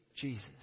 Jesus